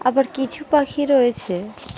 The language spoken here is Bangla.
আবার কিছু পাখি রয়েছে